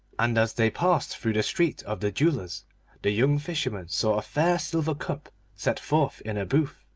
and as they passed through the street of the jewellers the young fisherman saw a fair silver cup set forth in a booth.